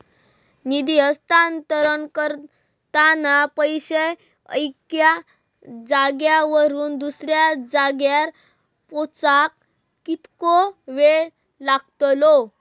निधी हस्तांतरण करताना पैसे एक्या जाग्यावरून दुसऱ्या जाग्यार पोचाक कितको वेळ लागतलो?